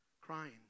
crying